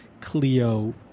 Clio